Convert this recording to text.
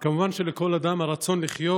כמובן, לכל אדם הרצון לחיות.